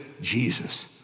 Jesus